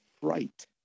fright